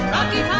Rocky